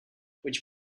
which